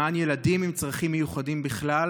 למען ילדים עם צרכים מיוחדים בכלל